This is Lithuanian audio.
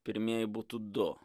pirmieji būtų du